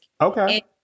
Okay